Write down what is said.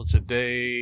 Today